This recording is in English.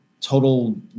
total